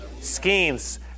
Schemes